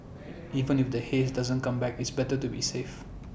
even if the haze doesn't come back it's better to be safe